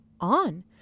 on